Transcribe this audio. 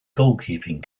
goalkeeping